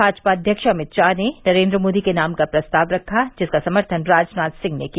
भाजपा अध्यक्ष अमित शाह ने नरेंद्र मोदी के नाम का प्रस्ताव रखा जिसका समर्थन राजनाथ सिंह ने किया